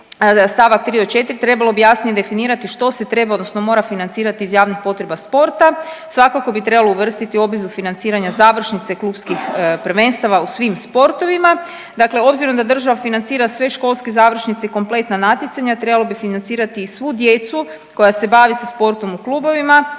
st. 3-4. trebalo bi jasnije definirati što se treba odnosno mora financirati iz javnih potreba sporta, svakako bi trebalo uvrstiti obvezu financiranja završnice klupskih prvenstava u svim sportovima, dakle obzirom da država financira sve školske završnice i kompletna natjecanja trebalo bi financirati i svu djecu koja se bave sa sportom u klubovima